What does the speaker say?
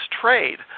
trade